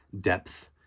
depth